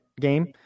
game